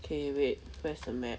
K wait where's the map